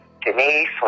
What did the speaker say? Denise